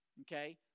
Okay